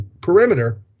perimeter